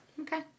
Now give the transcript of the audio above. Okay